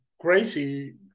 crazy